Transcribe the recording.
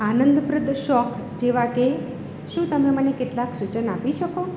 આનંદપ્રદ શોખ જેવા કે શું તમે મને કેટલાક સૂચન આપી શકો